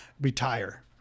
retire